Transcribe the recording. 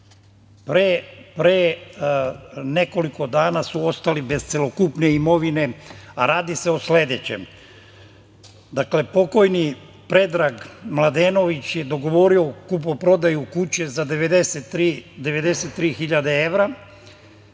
pre nekoliko dana su ostali bez celokupne imovine. Radi se o sledećem – pokojni Predrag Mladenović je dogovorio kupoprodaju kuće za 93 hiljade evra.